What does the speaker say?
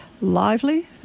lively